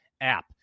app